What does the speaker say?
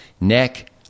neck